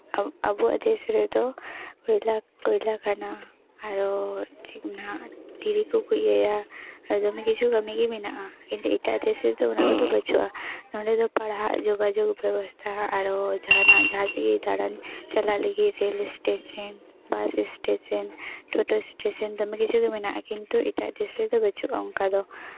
ᱟᱵᱚᱣᱟᱜ ᱫᱮᱥ ᱨᱮᱫᱚ ᱠᱚᱭᱞᱟ ᱠᱚᱭᱞᱟ ᱠᱟᱱᱟ ᱟᱨᱚ ᱫᱷᱤᱨᱤ ᱠᱚᱠᱚ ᱤᱭᱟᱹᱭᱟ ᱟᱨᱚ ᱫᱚᱢᱮ ᱠᱤᱪᱷᱩ ᱠᱟᱹᱢᱤᱜᱮ ᱢᱮᱱᱟᱜᱼᱟ ᱠᱤᱱᱛᱩ ᱮᱴᱟᱜ ᱫᱮᱥ ᱨᱮᱫᱚ ᱚᱱᱟ ᱠᱚᱫᱚ ᱵᱟᱹᱪᱩᱜᱼᱟ ᱱᱚᱰᱮ ᱫᱚ ᱯᱟᱲᱦᱟᱜ ᱡᱳᱜᱟᱡᱳᱜᱽ ᱵᱮᱵᱚᱥᱛᱷᱟ ᱟᱨᱚ ᱡᱟᱦᱟᱱᱟᱜ ᱡᱟᱦᱟᱸ ᱥᱮᱫ ᱜᱮ ᱫᱟᱬᱟᱱ ᱪᱟᱞᱟᱜ ᱞᱟᱹᱜᱤᱫ rail station bus station toto station ᱫᱚᱢᱮ ᱠᱤᱪᱷᱩ ᱜᱮ ᱢᱮᱱᱟᱜᱼᱟ ᱠᱤᱱᱛᱩ ᱮᱴᱟᱜ ᱫᱮᱥ ᱨᱮᱫᱚ ᱵᱟᱹᱪᱩᱜᱼᱟ ᱚᱱᱠᱟ ᱫᱚ